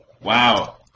Wow